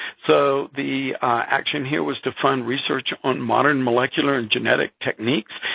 so, the action here was to fund research on modern molecular and genetic techniques,